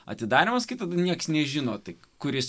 atidarymas kito niekas nežino tik kuris